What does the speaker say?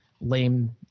lame